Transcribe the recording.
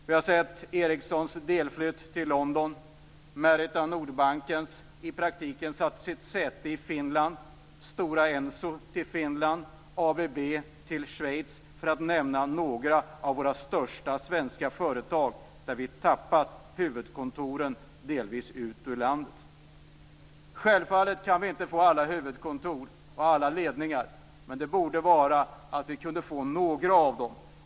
Vi har sett Ericssons delflytt till London, Merita Schweiz, för att nämna några av våra största svenska företag där vi har tappat huvudkontoren delvis ut ur landet. Självfallet kan vi inte få alla huvudkontor och alla ledningar, men vi borde kunna få några av dem.